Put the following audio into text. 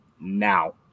now